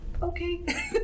Okay